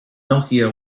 nokia